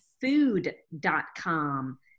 Food.com